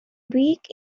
weak